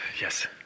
Yes